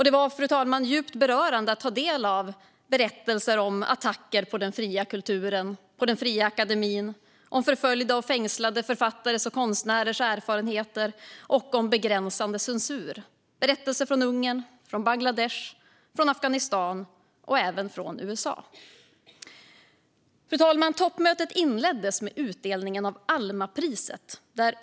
Det var, fru talman, djupt berörande att ta del av berättelser om attacker på den fria kulturen och på den fria akademin, om förföljda och fängslade författares och konstnärers erfarenheter och om begränsande censur. Det var berättelser från Ungern, från Bangladesh, från Afghanistan och även från USA. Fru talman! Toppmötet inleddes med utdelningen av Almapriset.